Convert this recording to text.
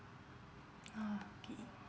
okay